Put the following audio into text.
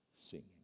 singing